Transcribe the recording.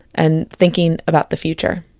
and thinking about the future